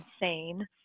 insane